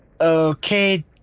okay